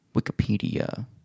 wikipedia